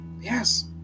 Yes